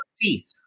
teeth